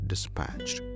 Dispatched